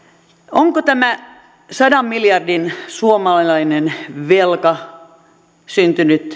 onko tämä sadan miljardin suomalainen velka syntynyt